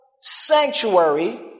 sanctuary